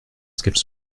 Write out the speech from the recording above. qu’elles